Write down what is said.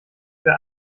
wer